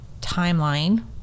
timeline